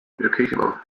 educational